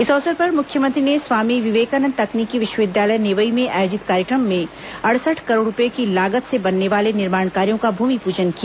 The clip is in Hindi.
इस अवसर पर मुख्यमंत्री ने स्वामी विवेकानंद तकनीकी विश्वविद्यालय नेवई में आयोजित कार्यक्रम में अड़सठ करोड़ रूपए की लागत से बनने वाले निर्माण कार्यों का भूमिपूजन किया